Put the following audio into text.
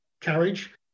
carriage